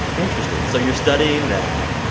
interesting so you're studying that.